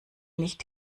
nicht